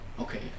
Okay